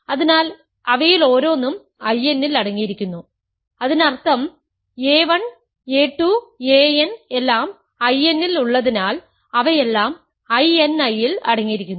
അതിനാൽ അവയിൽ ഓരോന്നും I n ൽ അടങ്ങിയിരിക്കുന്നു അതിനർത്ഥം a1 a 2 an എല്ലാം I n ൽ ഉള്ളതിനാൽ അവയെല്ലാം I n I ൽ അടങ്ങിയിരിക്കുന്നു